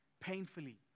painfully